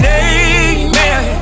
amen